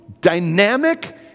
dynamic